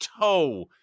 toe